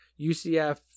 UCF